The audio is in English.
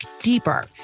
deeper